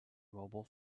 mobile